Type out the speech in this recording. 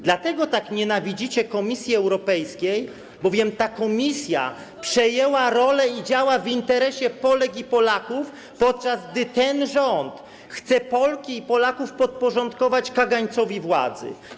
Dlatego tak nienawidzicie Komisji Europejskiej, bowiem ta Komisja przejęła rolę i działa w interesie Polek i Polaków, podczas gdy ten rząd chce Polki i Polaków podporządkować kagańcowi władzy.